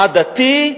עדתי,